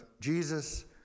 Jesus